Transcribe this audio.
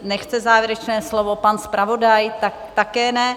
Nechce závěrečné slovo, pan zpravodaj také ne.